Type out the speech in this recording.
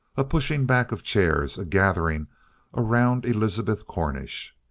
a pushing back of chairs, a gathering around elizabeth cornish.